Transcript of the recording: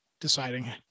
deciding